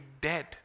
dead